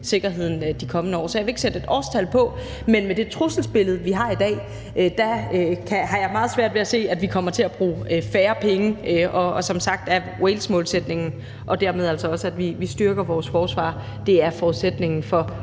sikkerheden i de kommende år. Så jeg vil ikke sætte et årstal på, men med det trusselsbillede, vi har i dag, har jeg meget svært ved at se, at vi kommer til at bruge færre penge. Og som sagt er Walesmålsætningen og dermed altså også det, at vi styrker vores forsvar, forudsætningen for